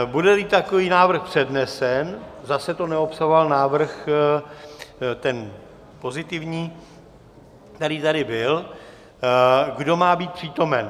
Budeli takový návrh přednesen, zase to neobsahoval návrh, ten pozitivní, který tady byl, kdo má být přítomen.